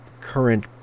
current